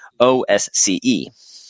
OSCE